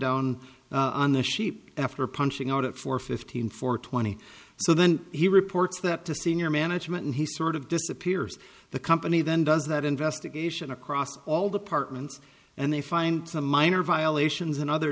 down on the sheep after punching out at four fifteen for twenty so then he reports that to senior management and he sort of disappears the company then does that investigation across all the partment and they find some minor violations in other